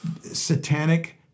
satanic